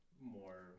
more